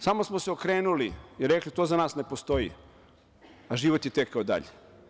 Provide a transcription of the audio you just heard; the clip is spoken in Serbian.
Samo smo se okrenuli i rekli – to za nas ne postoji, a život je tekao dalje.